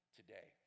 today